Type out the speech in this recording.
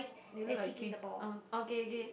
they look like twins orh okay k